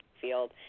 field